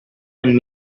and